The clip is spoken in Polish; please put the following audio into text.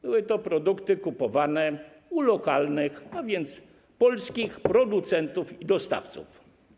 Były to produkty kupowane u lokalnych, a więc polskich producentów i dostawców.